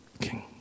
King